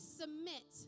submit